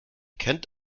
kennt